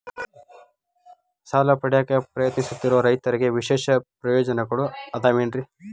ಸಾಲ ಪಡೆಯಾಕ್ ಪ್ರಯತ್ನಿಸುತ್ತಿರುವ ರೈತರಿಗೆ ವಿಶೇಷ ಪ್ರಯೋಜನಗಳು ಅದಾವೇನ್ರಿ?